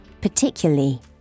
particularly